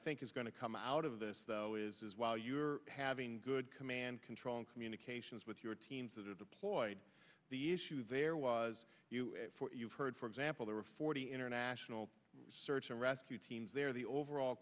think is going to come out of this though is while you're having good command control and communications with your teams that are deployed the issue there was heard for example there were forty international search and rescue teams there the overall